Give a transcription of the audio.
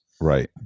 Right